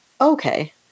okay